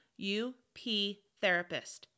uptherapist